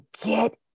get